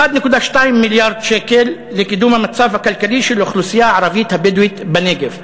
1.2 מיליארד שקל לקידום המצב הכלכלי של האוכלוסייה הערבית הבדואית בנגב.